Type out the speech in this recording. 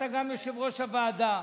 אתה גם יושב-ראש הוועדה,